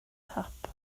tap